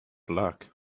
luck